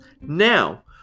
Now